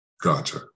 gotcha